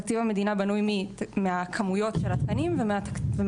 תקציב המדינה בנוי מהכמויות של התקנים ומהכסף.